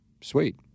sweet